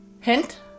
Hint